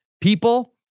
People